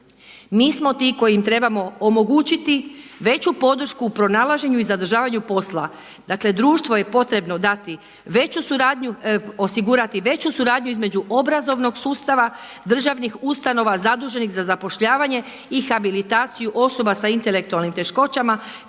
Mi smo ti koji im trebamo omogućiti veću podršku u pronalaženju i zadržavanju posla. Dakle društvo je potrebno dati veću suradnji, osigurati veću suradnju između obrazovnog sustava, državnih ustanova zaduženih za zapošljavanje i habilitaciju osoba sa intelektualnim teškoćama